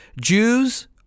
Jews